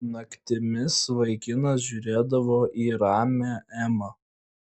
naktimis vaikinas žiūrėdavo į ramią emą